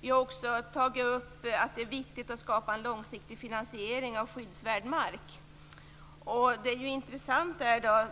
Vi har också tagit upp att det är viktigt att skapa en långsiktig finansiering av skyddsvärd mark. Det är intressant med